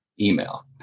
email